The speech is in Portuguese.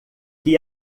que